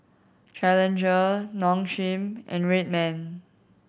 Challenger Nong Shim and Red Man